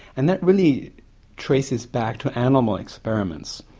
and that really traces back to animal experiments.